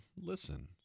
listen